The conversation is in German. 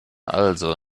also